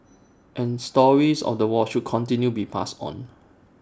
and stories of the war should continue be passed on